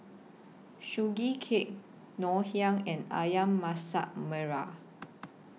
Sugee Cake Ngoh Hiang and Ayam Masak Merah